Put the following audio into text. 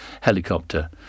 helicopter